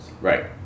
Right